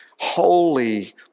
Holy